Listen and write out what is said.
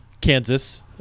Kansas